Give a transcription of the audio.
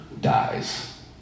dies